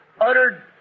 uttered